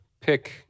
pick